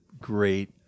great